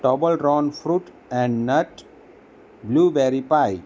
Toblerone fruit and nut blueberry pie